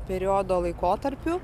periodo laikotarpiu